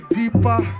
deeper